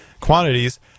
quantities